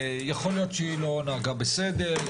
יכול להיות שהיא לא נהגה בסדר,